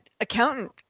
accountant